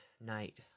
night